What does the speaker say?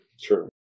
Sure